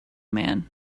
man